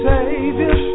Savior